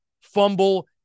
fumble